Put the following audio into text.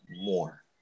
more